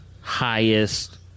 highest